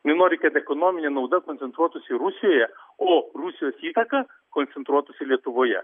jinai nori kad ekonominė nauda koncentruotųsi rusijoje o rusijos įtaka koncentruotųsi lietuvoje